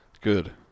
Good